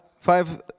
five